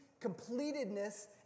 completedness